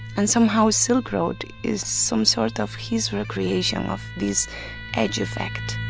and somehow, silk road is some sort of his recreation of this edge effect